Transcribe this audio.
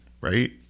right